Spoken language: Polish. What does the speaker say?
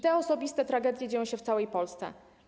Te osobiste tragedie dzieją się w całej Polsce.